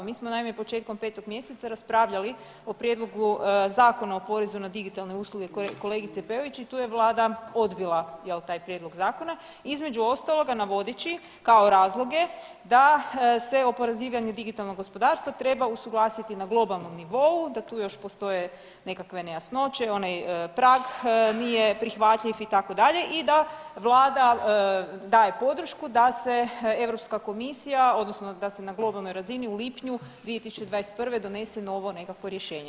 Mi smo naime početkom 5. mjeseca raspravljali o prijedlogu Zakona o porezu na digitalne usluge kolegice Peović i tu je Vlada odbila taj prijedlog zakona, između ostalog navodeći kao razloge da se oporezivanje digitalnog gospodarstva treba usuglasiti na globalnom nivou, da tu još postoje nekakve nejasnoće onaj prag nije prihvatljiv itd. i da Vlada daje podršku da se Europska komisija odnosno da se na globalnoj razini u lipnju 2021. donese novo nekakvo rješenje.